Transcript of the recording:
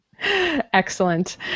Excellent